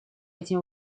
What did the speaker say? этим